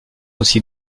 aussi